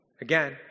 again